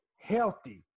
healthy